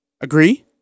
Agree